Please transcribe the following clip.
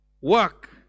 Work